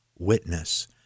witness